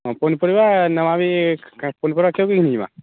ହଁ ପନିପରିବା ନେମା ବି ପନପରିବା କେବକେ ଘିନିଯିମା